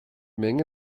menge